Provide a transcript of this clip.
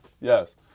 yes